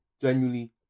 genuinely